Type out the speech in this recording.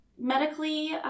medically